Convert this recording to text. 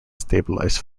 stabilize